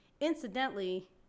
Incidentally